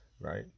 right